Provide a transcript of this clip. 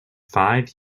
five